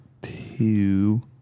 Two